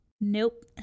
Nope